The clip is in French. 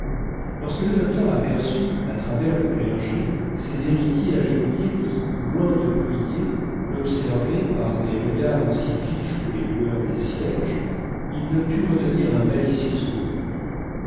lorsque le docteur aperçut à travers le clergé ses héritiers agenouillés qui loin de prier l'observaient par des regards aussi vifs que les lueurs des cierges il ne put retenir un malicieux sourire